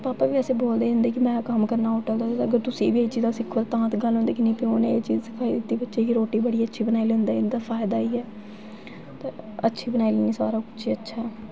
भापा बी वैसे बोलदे होंदे कि में कम्म करना होटल दा ते अगर तुस सिखगे एह् चीजां सिक्खो तां ते गल्ल होंदी कि नेईं प्यो नै एह् चीज सखाई अपनें बच्चे गी रुट्टी बड़ी अच्छी बनाई लैंदे एह्दा फायदा इ'यै ते अच्छा बनाई लैन्नी सारा किश ई अच्छा